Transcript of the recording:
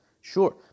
Sure